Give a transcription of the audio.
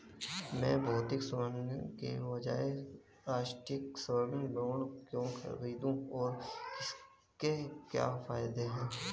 मैं भौतिक स्वर्ण के बजाय राष्ट्रिक स्वर्ण बॉन्ड क्यों खरीदूं और इसके क्या फायदे हैं?